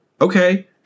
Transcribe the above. okay